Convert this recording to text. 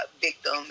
victim